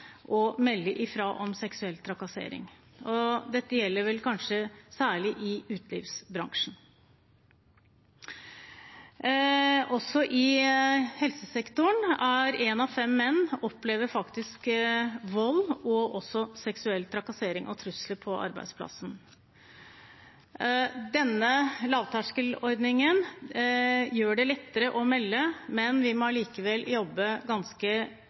å melde fra om seksuell trakassering. Dette gjelder vel kanskje særlig i utelivsbransjen. Også i helsesektoren opplever én av fem menn vold og også seksuell trakassering og trusler på arbeidsplassen. Denne lavterskelordningen gjør det lettere å melde, men vi må allikevel jobbe ganske